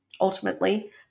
ultimately